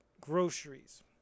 groceries